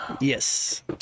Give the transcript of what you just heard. Yes